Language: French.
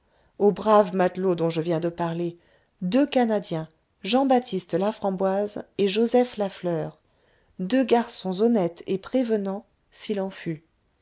aux braves matelots dont je viens de parler deux canadiens jean-baptiste laframboise et joseph lafleur deux garçons honnêtes et prévenants s'il